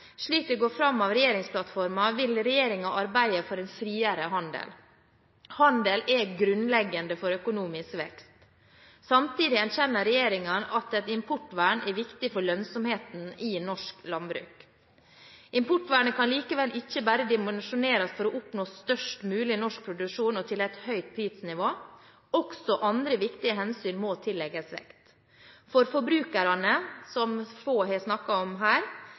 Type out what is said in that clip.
Slik det går fram av regjeringsplattformen, vil regjeringen arbeide for en friere handel. Handel er grunnleggende for økonomisk vekst. Samtidig erkjenner regjeringen at et importvern er viktig for lønnsomheten i norsk landbruk. Importvernet kan likevel ikke bare dimensjoneres for å oppnå størst mulig norsk produksjon og til et høyt prisnivå. Også andre viktige hensyn må tillegges vekt. For forbrukerne – som få har snakket om her,